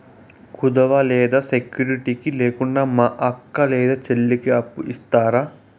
కుదువ లేదా సెక్యూరిటి లేకుండా మా అక్క లేదా చెల్లికి అప్పు ఇస్తారా?